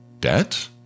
debt